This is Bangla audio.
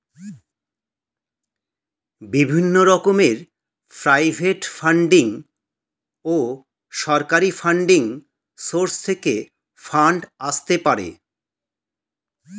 বিভিন্ন রকমের প্রাইভেট ফান্ডিং ও সরকারি ফান্ডিং সোর্স থেকে ফান্ড আসতে পারে